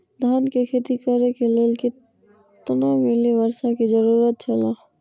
धान के खेती करे के लेल कितना मिली वर्षा के जरूरत छला?